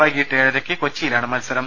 വൈകീട്ട് ഏഴരക്ക് കൊച്ചിയിലാണ് മത്സരം